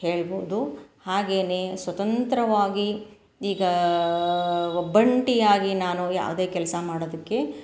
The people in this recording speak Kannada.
ಹೇಳ್ಬೋದು ಹಾಗೆನೇ ಸ್ವತಂತ್ರವಾಗಿ ಈಗ ಒಬ್ಬಂಟಿಯಾಗಿ ನಾನು ಯಾವುದೇ ಕೆಲಸ ಮಾಡೋದಕ್ಕೆ